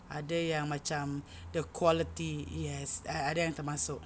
ada yang macam the quality yes ada yang termasuk